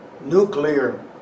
nuclear